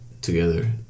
together